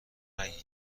نگین